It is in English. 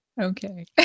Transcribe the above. okay